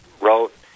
wrote